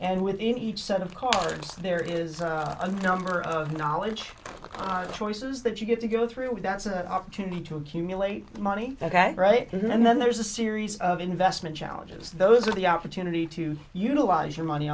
and within each set of cards there is a number of knowledge on the choices that you get to go through that's an opportunity to accumulate money ok right and then there's a series of investment challenges those are the opportunity to utilize your money